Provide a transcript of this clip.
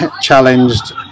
challenged